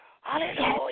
hallelujah